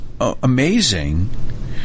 amazing